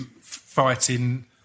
fighting